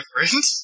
different